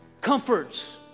comforts